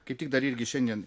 kaip tik dar irgi šiandien